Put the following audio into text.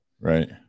right